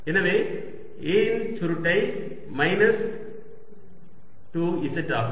ஆகவே A இன் சுருட்டை மைனஸ் 2 z ஆகும்